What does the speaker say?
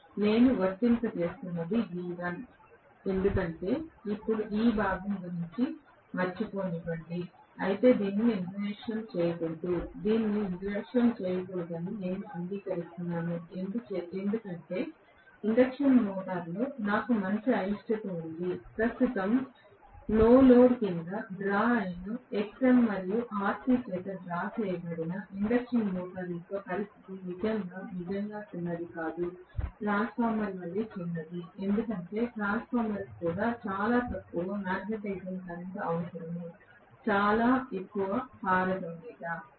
నేను వర్తింప చేస్తున్నది V1 ఎందుకంటే ఇప్పుడు ఈ భాగం గురించి మరచిపోనివ్వండి అయితే దీనిని నిర్లక్ష్యం చేయకూడదు దీనిని నిర్లక్ష్యం చేయకూడదని నేను అంగీకరిస్తున్నాను ఎందుకంటే ఇండక్షన్ మోటారులో నాకు మంచి అయిష్టత ఉంది ప్రస్తుతము నో లోడ్ కింద డ్రా Xm మరియు Rc చేత డ్రా చేయబడిన ఇండక్షన్ మోటారు యొక్క పరిస్థితి నిజంగా నిజంగా చిన్నది కాదు ట్రాన్స్ఫార్మర్ వలె చిన్నది ఎందుకంటే ట్రాన్స్ఫార్మర్ కు చాలా తక్కువ మాగ్నెటైజింగ్ కరెంట్ అవసరం చాలా ఎక్కువ పారగమ్యత